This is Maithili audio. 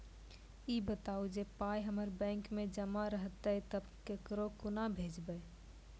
ई बताऊ जे पाय हमर बैंक मे जमा रहतै तऽ ककरो कूना भेजबै?